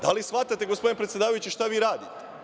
Da li shvatate, gospodine predsedavajući, šta vi radite?